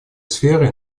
сферой